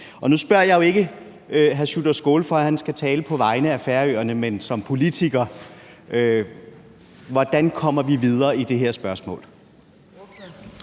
hr. Sjúrður Skaale, fordi han skal tale på vegne af Færøerne, men som politiker: Hvordan kommer vi videre i det her spørgsmål?